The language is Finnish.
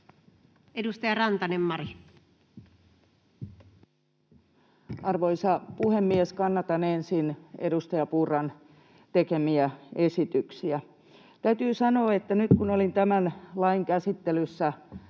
14:14 Content: Arvoisa puhemies! Kannatan ensin edustaja Purran tekemiä esityksiä. Täytyy sanoa, että kun olin tämän lain käsittelyssä